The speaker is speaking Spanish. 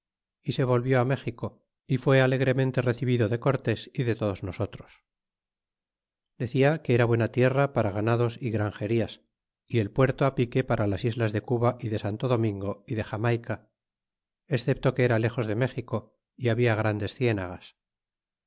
y se volvió á méxico y fue alegremente recbido de cortés y de todos nosotros y decia que era buena tierra para ganados y grangerias y el puerto á pique para las islas de cuba y de santo domingo y de xamaica excepto que era lejos de méxico y habla grandes cienagas